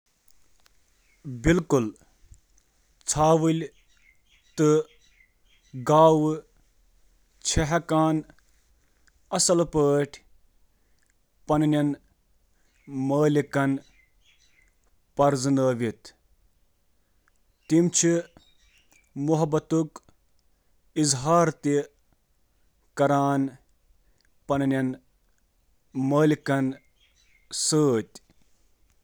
اکھ گاو ہیٚکہِ تۄہہِ نِش یِتھ تہٕ پنُن کَلہٕ تۄہہِ خٕلاف رَگنہٕ یا پنٕنۍ زیو ژٹِتھ تہٕ ژَٹنٕچ کوٗشِش کٔرِتھ محبتُک مظٲہرٕ کٔرِتھ۔